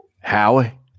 Howie